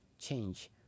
change